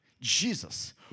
Jesus